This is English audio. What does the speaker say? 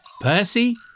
Percy